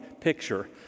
picture